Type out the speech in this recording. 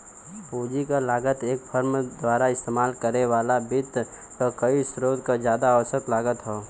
पूंजी क लागत एक फर्म द्वारा इस्तेमाल करे वाले वित्त क कई स्रोत क जादा औसत लागत हौ